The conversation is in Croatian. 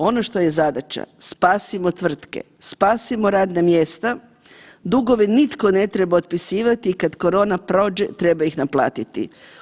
Ono što je zadaća, spasimo tvrtke, spasimo radna mjesta, dugove nitko ne treba otpisivati i kad korona prođe treba ih naplatiti.